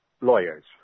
lawyers